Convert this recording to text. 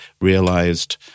realized